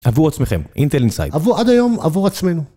עבור עצמכם, אינטל אינסייד. עבור... עד היום, עבור עצמנו.